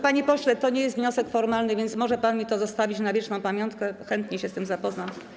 Panie pośle, to nie jest wniosek formalny, więc może mi pan to zostawić na wieczną pamiątkę, chętnie się z tym zapoznam.